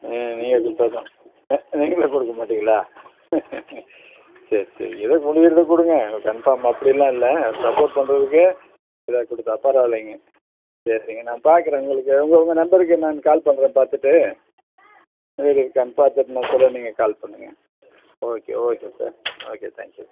ஆ நீங்கள் கொடுத்தா தான் ஆ நீங்களும் கொடுக்க மாட்டீங்களா சரி சரி ஏதோ முடியுறத கொடுங்க கன்ஃபார்ம் அப்படிலாம் இல்லை சப்போர்ட் பண்ணுறதுக்கு ஏதாது கொடுத்தா பரவல்லைங்க சரிங்க நான் பார்க்கறேன் உங்களுக்கு உங்கள் உங்க நம்மருக்கு நான் கால் பண்ணுறேன் பார்த்துட்டு வீடு இருக்கான்னு பார்த்துட்டு நான் சொல்கிறேன் நீங்கள் கால் பண்ணுங்கள் okay okay sir okay thank you